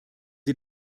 sie